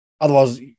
Otherwise